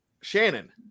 Shannon